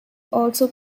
also